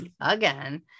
Again